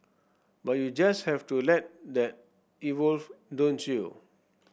but you just have to let that evolve don't you